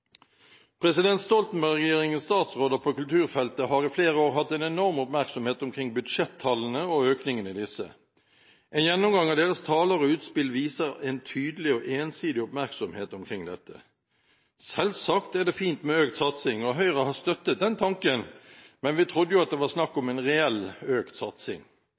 hensikten. Stoltenberg-regjeringens statsråder på kulturfeltet har i flere år hatt en enorm oppmerksomhet omkring budsjettallene og økningen i disse. En gjennomgang av deres taler og utspill viser en tydelig og ensidig oppmerksomhet omkring dette. Selvsagt er det fint med økt satsing, og Høyre har støttet den tanken, men vi trodde jo at det var snakk om en reell økt satsing.